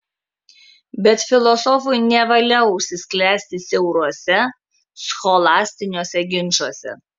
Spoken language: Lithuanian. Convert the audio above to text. bet filosofui nevalia užsisklęsti siauruose scholastiniuose ginčuose